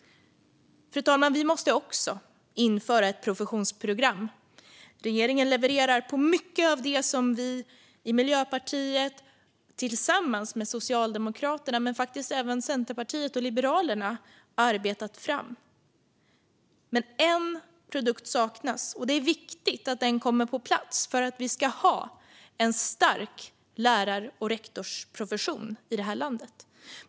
Fru talman! Vi måste också införa ett professionsprogram. Regeringen levererar på mycket av det som vi i Miljöpartiet arbetat fram tillsammans med Socialdemokraterna och faktiskt även Centerpartiet och Liberalerna. Men en produkt saknas, och det är viktigt att den kommer på plats för att vi ska ha en stark lärar och rektorsprofession i det här landet.